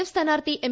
F സ്ഥാനാർത്ഥി M